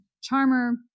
Charmer